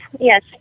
Yes